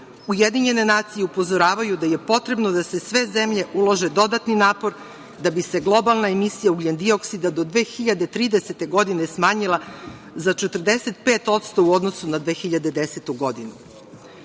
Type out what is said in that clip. Ujedinjene nacije upozoravaju da je potrebno da sve zemlje ulože dodatni napor da bi se globalna emisija ugljen-dioksida do 2030. godine smanjila za 45% u odnosu na 2010. godinu. Srbija